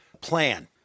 plan